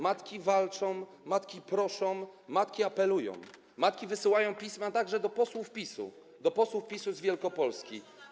Matki walczą, matki proszą, matki apelują, matki wysyłają pisma także do posłów PiS-u, do posłów PiS-u z Wielkopolski.